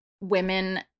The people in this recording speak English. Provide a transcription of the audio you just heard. women